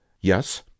Yes